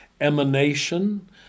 Emanation